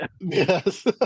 Yes